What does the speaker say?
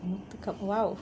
!wow!